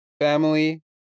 family